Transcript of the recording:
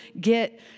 get